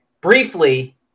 Briefly